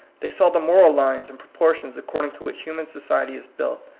they saw the moral lines and proportions accord ing to which human society is built.